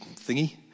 thingy